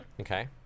okay